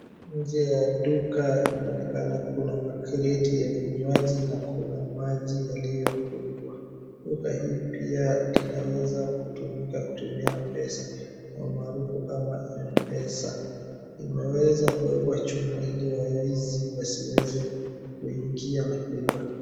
Nje ya duka inaonekana kuna makreti ya vinywaji na kuna maji yaliyofungwa. Duka hii pia linaweza kutumika kutumiana pesa kwa maarufu kama mpesa. Imeweza kuwekwa chuma ili waizi wasiweze kuingia na kuiba.